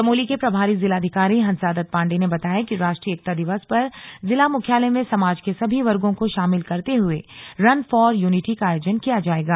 चमोली के प्रभारी जिलाधिकारी हंसादत्त पांडे ने बताया कि राष्ट्रीय एकता दिवस पर जिला मुख्यालय में समाज के सभी वर्गो को शामिल करते हुए रन फॉर यूनिटी का आयोजन किया जाएगा